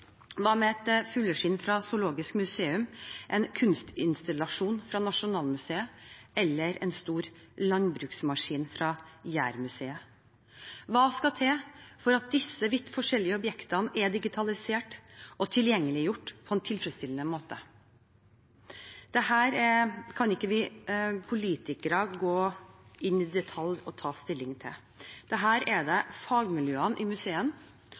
med et fugleskinn fra Zoologisk museum, en kunstinstallasjon fra Nasjonalmuseet eller en stor landbruksmaskin fra Jærmuseet? Hva skal til for at disse vidt forskjellige objektene er digitalisert og tilgjengeliggjort på en tilfredsstillende måte? Her kan ikke vi politikere gå inn i detaljene og ta stilling. Dette er det fagmiljøene i